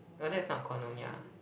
err that's not called Nyonya